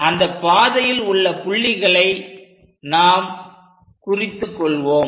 அந்த பாதையில் உள்ள புள்ளிகளை நாம் குறித்துக் கொள்வோம்